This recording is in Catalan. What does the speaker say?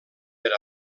per